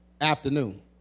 afternoon